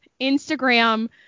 Instagram